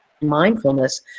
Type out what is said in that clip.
mindfulness